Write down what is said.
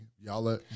y'all